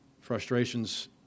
frustration's